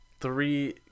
three